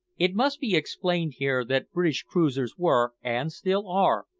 it must be explained here that british cruisers were, and still are,